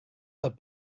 let